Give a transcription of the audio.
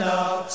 up